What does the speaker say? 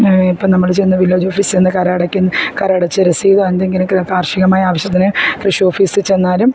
ഇപ്പം നമ്മൾ ചെന്ന് വില്ലേജ് ഓഫിസിൽ ചെന്ന് കരം അടയ്ക്കും കരം അടച്ച രസീതോ എന്തെങ്കിലും ഒക്കെ കാർഷികമായ ആവശ്യത്തിന് കൃഷി ഓഫിസിൽ ചെന്നാലും